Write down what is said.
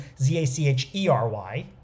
Z-A-C-H-E-R-Y